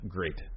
Great